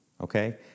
okay